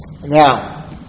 Now